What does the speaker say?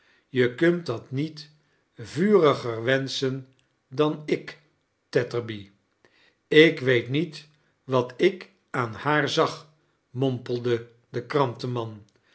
je kunt dat niet vurigier wemschen dan ik tetterby ik weet niet wat ik aan haar zag mompelde de krantenman